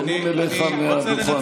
פונים אליך מהדוכן.